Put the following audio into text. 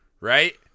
right